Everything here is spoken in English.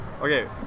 Okay